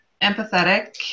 empathetic